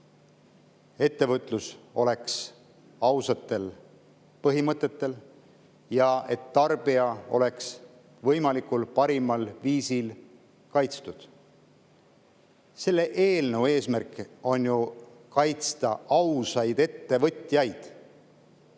ettevõtlus [põhineks] ausatel põhimõtetel ja et tarbija oleks parimal võimalikul viisil kaitstud. Selle eelnõu eesmärk on ju kaitsta ausaid ettevõtjaid,